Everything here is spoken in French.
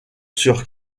sur